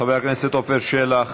חבר הכנסת עפר שלח,